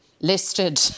listed